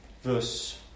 Verse